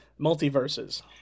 multiverses